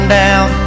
down